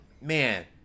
man